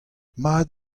mat